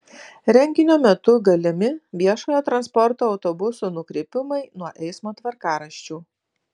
renginio metu galimi viešojo transporto autobusų nukrypimai nuo eismo tvarkaraščių